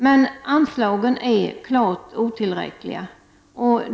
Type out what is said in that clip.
Men anslagen är klart otillräckliga.